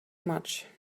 much